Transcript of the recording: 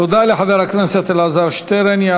תודה לחבר הכנסת אלעזר שטרן.